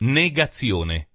negazione